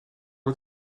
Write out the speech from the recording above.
dat